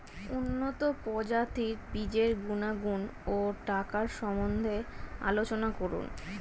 উন্নত প্রজাতির বীজের গুণাগুণ ও টাকার সম্বন্ধে আলোচনা করুন